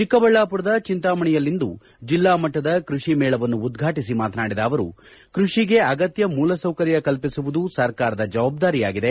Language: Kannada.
ಚಿಕ್ಕಬಳ್ಳಾಪುರದ ಚಿಂತಾಮಣಿಯಲ್ಲಿಂದು ಜಿಲ್ಲಾಮಟ್ಟದ ಕೈಷಿ ಮೇಳವನ್ನು ಉದ್ಘಾಟಿಸಿ ಮಾತನಾಡಿದ ಅವರು ಕೈಷಿಗೆ ಅಗತ್ತ ಮೂಲಸೌಕರ್ಯ ಕಲ್ಪಿಸುವುದು ಸರ್ಕಾರದ ಜವಾಬ್ದಾರಿಯಾಗಿದೆ